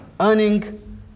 earning